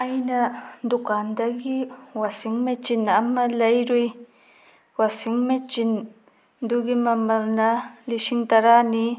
ꯑꯩꯅ ꯗꯨꯀꯥꯟꯗꯒꯤ washing machine ꯑꯃ ꯂꯩꯔꯨꯏ ꯋꯥꯁꯤꯡ ꯃꯦꯆꯤꯟꯗꯨꯒꯤ ꯃꯃꯜꯅ ꯂꯤꯁꯤꯡ ꯇꯔꯥꯅꯤ